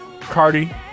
Cardi